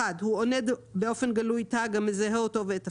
(1) הוא עונד באופן גלוי תג המזהה אותו ואת תפקידו,